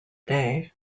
day